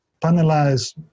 panelized